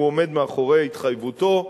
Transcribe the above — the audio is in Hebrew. והוא עומד מאחורי התחייבותו,